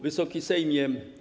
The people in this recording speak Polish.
Wysoki Sejmie!